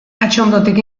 atxondotik